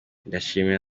ndashimira